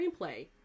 Screenplay